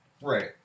Right